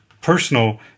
personal